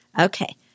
Okay